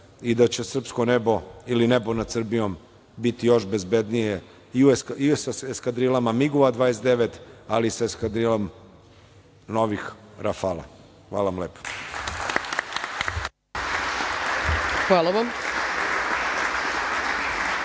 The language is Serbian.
i da će srpsko nebo, ili nebo nad Srbijom biti još bezbednije i sa eskadrilama Migova 29, ali i sa eskadrilom novih Rafala. Hvala lepo. **Ana